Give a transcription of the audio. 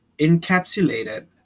encapsulated